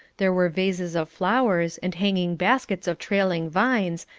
there were vases of flowers, and hanging-baskets of trailing vines,